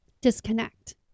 disconnect